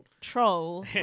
troll